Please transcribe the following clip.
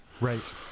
Right